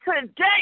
today